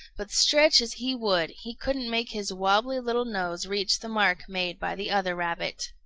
but stretch as he would, he couldn't make his wobbly little nose reach the mark made by the other rabbit.